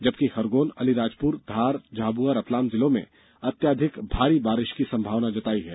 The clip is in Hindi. जबकि खरगौन अलीराजपुर धार झाबुआ रतलाम जिलों में अत्यधिक भारी बारिष की संभावना जताई है